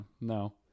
No